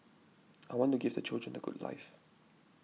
I want to give the children a good life